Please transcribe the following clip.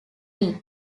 week